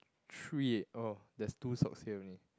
three oh there's two socks here only